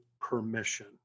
permission